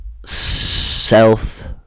Self